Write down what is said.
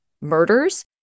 murders